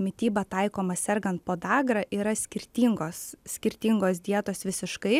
mityba taikoma sergant podagra yra skirtingos skirtingos dietos visiškai